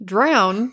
Drown